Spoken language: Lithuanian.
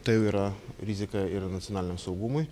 tai jau yra rizika ir nacionaliniam saugumui